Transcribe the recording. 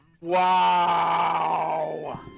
Wow